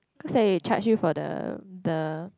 because they charge you for the the